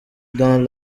dans